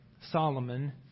Solomon